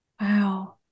Wow